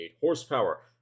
horsepower